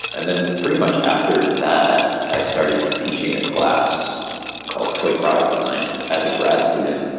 and then pretty much after that i started teaching a class called toy product design as a grad student,